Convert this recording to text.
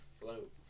float